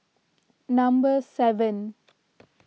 number seven